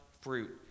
fruit